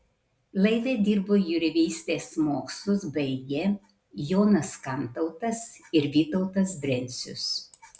laive dirbo jūreivystės mokslus baigę jonas kantautas ir vytautas brencius